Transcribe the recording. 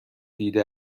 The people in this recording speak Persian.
دیده